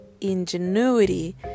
ingenuity